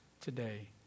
today